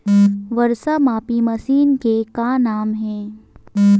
वर्षा मापी मशीन के का नाम हे?